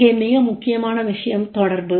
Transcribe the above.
இங்கே மிக முக்கியமான விஷயம் தொடர்பு